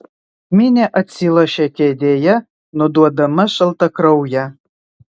minė atsilošė kėdėje nuduodama šaltakrauję